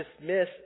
dismiss